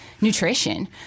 nutrition